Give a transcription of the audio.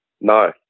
No